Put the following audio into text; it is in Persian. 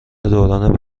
دوران